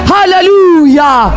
Hallelujah